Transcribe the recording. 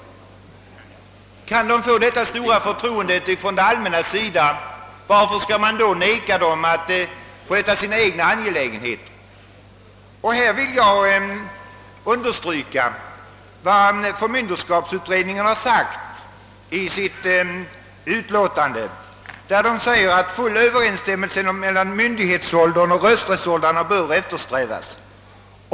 Kan de få detta stora förtroende från det allmänna, varför skulle man då neka dem att sköta sina egna angelägenheter? Jag vill understryka vad förmynderskapsutredningen har sagt i sitt utlåtande. »... full överensstämmelse mellan myndighetsoch rösträttsåldrarna bör eftersträvas.